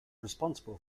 responsible